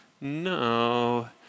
no